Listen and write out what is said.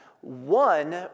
One